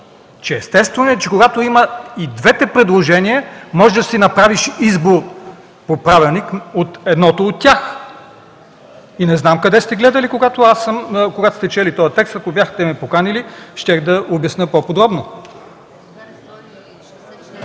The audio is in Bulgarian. Естествено е, че когато има и двете предложения, можеш да си направиш избор, по правилник – едното от тях! Не знам къде сте гледали, когато сте чели този текст! Ако бяхте ме поканили, щях да обясня по-подробно.